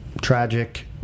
tragic